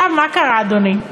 עכשיו, מה קרה, אדוני?